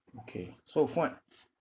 okay so fuad